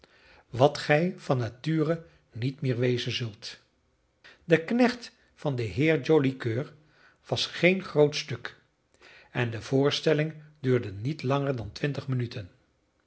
wat gij van nature niet meer wezen zult de knecht van den heer joli coeur was geen groot stuk en de voorstelling duurde niet langer dan twintig minuten